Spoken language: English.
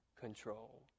control